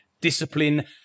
discipline